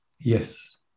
Yes